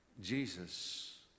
Jesus